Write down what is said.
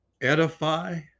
edify